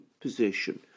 position